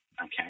okay